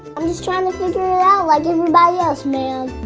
i'm just trying to figure it out like everybody else man.